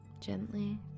Gently